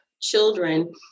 children